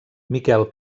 miquel